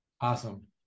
Awesome